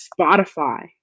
Spotify